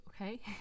okay